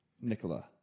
Nicola